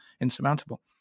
insurmountable